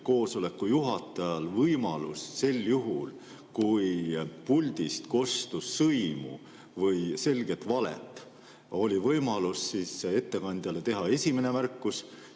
koosoleku juhatajal võimalus sel juhul, kui puldist kostus sõimu või selget valet, ettekandjale teha esimene märkus,